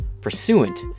pursuant